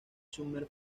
summer